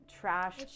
trash